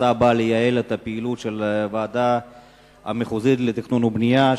ההצעה באה לייעל את הפעילות של הוועדה המחוזית לתכנון ובנייה,